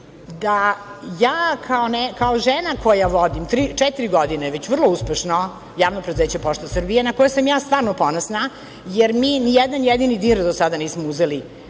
da ja kao žena koja vodim četiri godine već vrlo uspešno Javno preduzeće "Pošta Srbije", na koju sam ja stvarno ponosna, jer mi nijedan jedini dinar do sada nismo uzeli